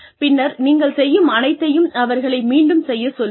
பின்னர் நீங்கள் செய்யும் அனைத்தையும் அவர்களை மீண்டும் செய்யச் சொல்லுங்கள்